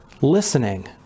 listening